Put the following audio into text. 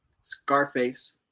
Scarface